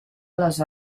les